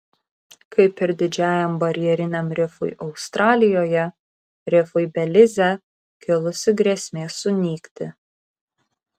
kaip ir didžiajam barjeriniam rifui australijoje rifui belize kilusi grėsmė sunykti